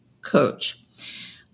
coach